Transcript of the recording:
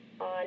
on